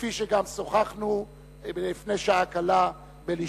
כפי שגם שוחחנו לפני שעה קלה בלשכתי.